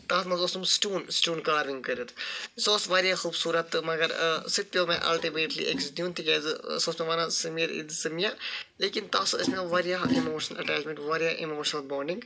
تَتھ اوس تِم سٔٹوٗن سٔٹوٗن کاروِنگ کٔرِتھ سُہ اوس واریاہ خوٗبصوٗرت تہٕ مَگر سُہ تہِ پٮ۪وٚو مےٚ اَلٹِمیٹی أکِس دیُن تِکیازِ سُہ اوس مےٚ وَنان سٔمیٖر ژٕ دِ یہِ مےٚ لیکِن تَتۍ ٲسۍ مےٚ واریاہ اِموشنَل اٮ۪ٹٮ۪چمینٹ واریاہ اِموشنَل بونڈِنگ